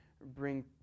bring